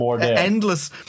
Endless